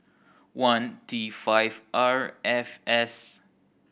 one T five R F S